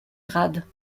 grades